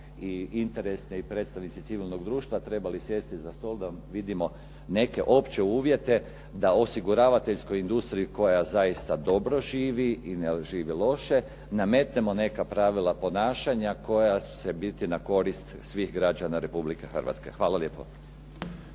i interesne i predstavnici civilnih društava trebali sjesti za stol da vidimo neke opće uvjete da osiguravateljskoj industriji koja zaista dobro živi i ne živi loše nametnemo neka pravila ponašanja koja će biti na korist svih građana Republike Hrvatske. Hvala lijepo.